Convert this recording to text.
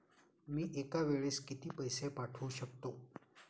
मी एका वेळेस किती पैसे पाठवू शकतो?